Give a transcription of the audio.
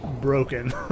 broken